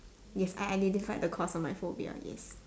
yes I identify the cause of my phobia yes